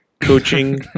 coaching